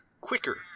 quicker